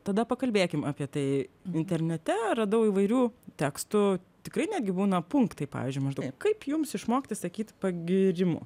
tada pakalbėkim apie tai internete radau įvairių tekstų tikrai netgi būna punktai pavyzdžiui maždaug kaip jums išmokti sakyt pagyrimų